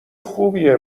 خوبیه